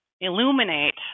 illuminate